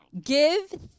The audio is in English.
Give